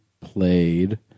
played